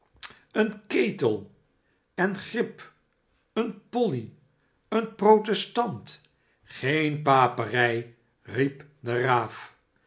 een ketel en grip een polly een protestant geen paperij riep de